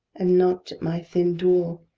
and knocked at my thin door.